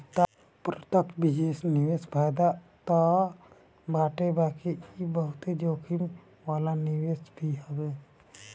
प्रत्यक्ष विदेशी निवेश में फायदा तअ बाटे बाकी इ बहुते जोखिम वाला निवेश भी हवे